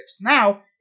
now